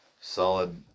Solid